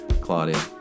Claudia